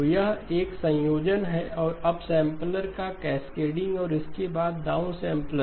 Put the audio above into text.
तो यह संयोजन है अपसैंपलर का कैस्केडिंग और उसके बाद डाउनसैम्पलर